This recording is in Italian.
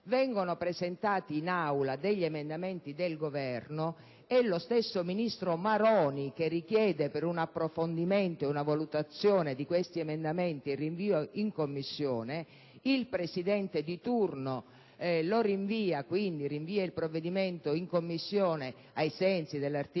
Vengono presentati in Aula degli emendamenti del Governo e lo stesso ministro Maroni richiede, per un approfondimento ed una valutazione di questi emendamenti, il rinvio del provvedimento in Commissione. Il Presidente di turno dispone il rinvio del provvedimento in Commissione, ai sensi dell'articolo